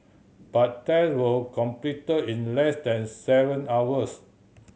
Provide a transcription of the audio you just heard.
but tests were completed in less than seven hours